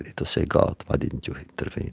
to say, god, why didn't you intervene?